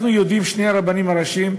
אנחנו יודעים ששני הרבנים הראשיים,